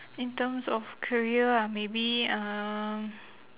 in terms of career ah maybe uh